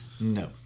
No